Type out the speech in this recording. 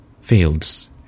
fields